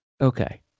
Okay